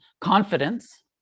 confidence